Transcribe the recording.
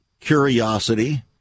Curiosity